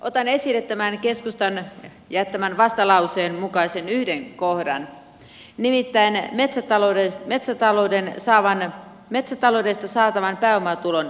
otan esille tämän keskustan jättämän vastalauseen mukaisen yhden kohdan nimittäin metsätaloudesta saatavan pääomatulon verottamisen